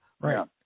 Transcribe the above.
right